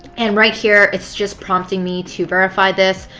and right here, it's just prompting me to verify this.